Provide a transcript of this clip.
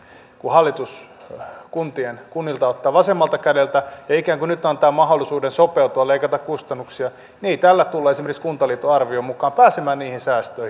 kun hallitus kunnilta ottaa vasemmalla kädellä ja ikään kuin nyt antaa mahdollisuuden sopeutua leikata kustannuksia niin ei tällä tulla esimerkiksi kuntaliiton arvion mukaan pääsemään niihin säästöihin